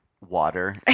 water